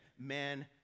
men